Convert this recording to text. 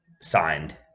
signed